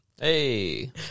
Hey